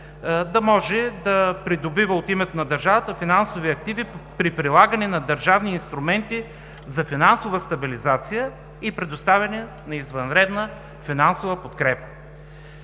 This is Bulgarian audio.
да може да придобива от името на държавата финансови активи при прилагане на държавни инструменти за финансова стабилизация и предоставяне на извънредна финансова подкрепа.